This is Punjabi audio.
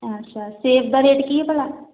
ਅੱਛਾ ਸੇਬ ਦਾ ਰੇਟ ਕੀ ਆ ਭਲਾ